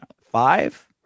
Five